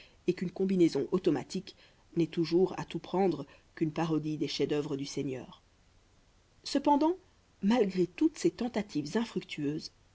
et qu'une combinaison automatique n'est toujours à tout prendre qu'une parodie des chefs-d'œuvre du seigneur cependant malgré toutes ces tentatives infructueuses